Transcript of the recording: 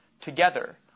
Together